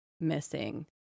missing